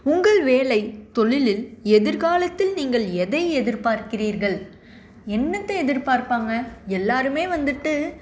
உங்கள் வேலை தொழிலில் எதிர்காலத்தில் நீங்கள் எதை எதிர்பார்க்கிறீர்கள் என்னத்தை எதிர் பார்ப்பாங்க எல்லாரும் வந்துட்டு